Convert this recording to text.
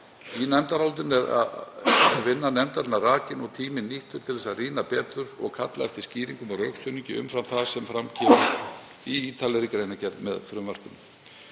Í nefndarálitinu er vinna nefndarinnar rakin og tíminn nýttur til að rýna betur og kalla eftir skýringum og rökstuðningi umfram það sem fram kemur í ítarlegri greinargerð með frumvarpinu.